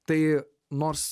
tai nors